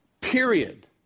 Period